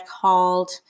called